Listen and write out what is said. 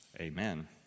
Amen